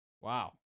Wow